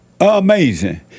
Amazing